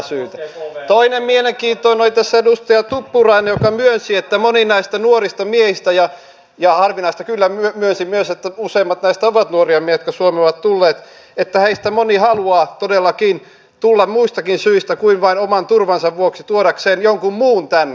toinen mielenkiintoinen oli tässä edustaja tuppurainen joka myönsi että moni näistä nuorista miehistä harvinaista kyllä myönsi myös että useimmat näistä ovat nuoria miehiä jotka suomeen ovat tulleet haluaa todellakin tulla muistakin syistä kuin vain oman turvansa vuoksi tuodakseen jonkun muun tänne